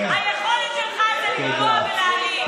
היכולת שלך היא לפגוע ולהעליב.